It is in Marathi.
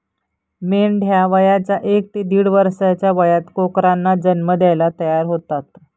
मेंढ्या वयाच्या एक ते दीड वर्षाच्या वयात कोकरांना जन्म द्यायला तयार होतात